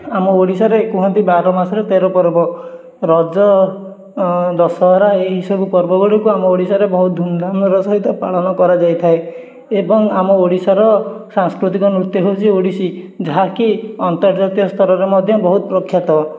ଆମ ଓଡ଼ିଶାରେ କୁହନ୍ତି ବାର ମାସରେ ତେର ପର୍ବ ରଜ ଦଶହରା ଏହିସବୁ ପର୍ବ ଗୁଡ଼ିକୁ ଆମ ଓଡ଼ିଶାରେ ବହୁତ ଧୁମଧାମର ସହିତ ପାଳନ କରାଯାଇଥାଏ ଏବଂ ଆମ ଓଡ଼ିଶାର ସାଂସ୍କୃତିକ ନୃତ୍ୟ ହେଉଛି ଓଡ଼ିଶୀ ଯାହାକି ଅନ୍ତର୍ଜାତୀୟ ସ୍ତରରେ ମଧ୍ୟ ବହୁତ ପ୍ରଖ୍ୟାତ